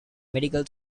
medical